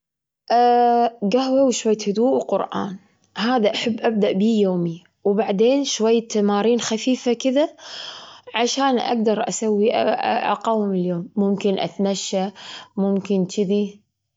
أنا أحاول أكون عالوقت، بس مرات تتأخر شوي. ما أوصل يعني، ما أوصل مبتشر، ولا أوصل متأخر. أكون عالوقت، عشان أنا تعلمت قاعدة تقول: "الوقت كالسيف، إن لم تقطعه قطعك".